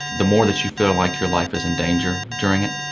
the more that you feel like your life is in danger during it,